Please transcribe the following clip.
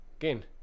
again